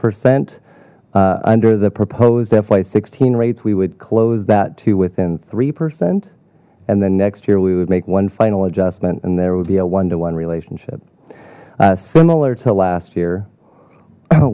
percent under the proposed fy sixteen rates we would close that to within three percent and then next year we would make one final adjustment and there would be a one to one relationship similar to last year